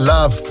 Love